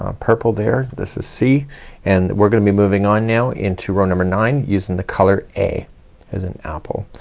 um purple there, this is c and we're gonna be moving on now into row number nine using the color a as in apple.